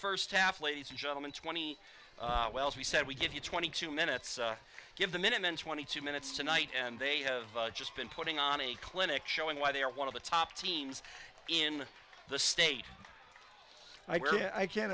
first half ladies and gentlemen twenty well as we said we give you twenty two minutes give the minutemen twenty two minutes tonight and they have just been putting on a clinic showing why they are one of the top teams in the state i can't